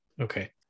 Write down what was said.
Okay